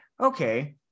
okay